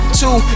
two